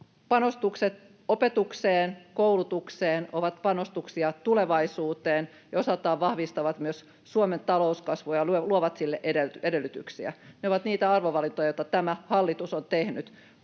Panostukset opetukseen, koulutukseen ovat panostuksia tulevaisuuteen ja osaltaan vahvistavat myös Suomen talouskasvua ja luovat sille edellytyksiä. Ne ovat niitä arvovalintoja, joita tämä hallitus on tehnyt.